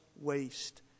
waste